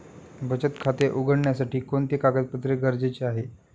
बचत खाते उघडण्यासाठी कोणते कागदपत्रे गरजेचे आहे?